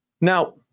Now